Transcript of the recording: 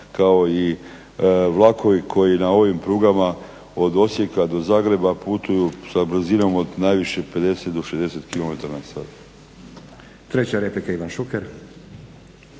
kao i vlakovi koji na ovim prugama od Osijeka do Zagreba putuju sa brzinom od najviše 50 do 60 kilometara na sat.